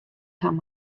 hawwe